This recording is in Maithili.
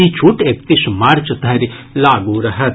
ई छूट इकतीस मार्च धरि लागू रहत